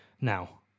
Now